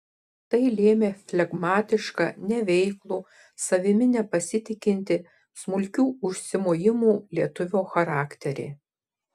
tai lėmė flegmatišką neveiklų savimi nepasitikintį smulkių užsimojimų lietuvio charakterį